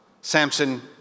Samson